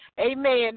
amen